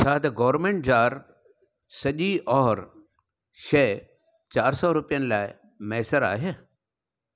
छा the government जार सॼी और शइ चारि सौ रुपयनि लाइ मैसर आहे